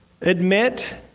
Admit